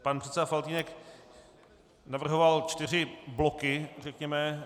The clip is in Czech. Pan předseda Faltýnek navrhoval čtyři bloky, řekněme.